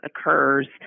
occurs